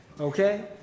okay